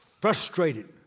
frustrated